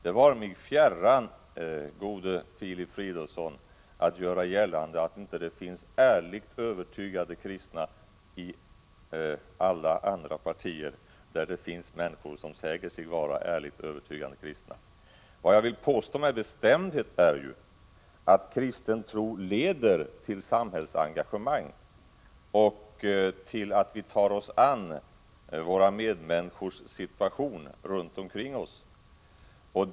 Det vare mig fjärran, gode Filip Fridolfsson, att göra gällande att det inte finns ärligt övertygade kristna i andra partier där det finns människor som säger sig vara ärligt övertygade kristna. Vad jag med bestämdhet vill påstå är att kristen tro leder till samhällsengagemang och till att vi tar oss an våra medmänniskors situation.